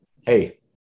hey